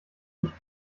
nicht